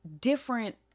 different